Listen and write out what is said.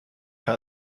her